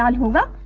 sahiba.